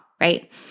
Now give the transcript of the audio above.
right